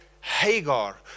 Hagar